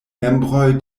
membroj